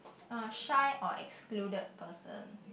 are shy or excluded person